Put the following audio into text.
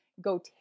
go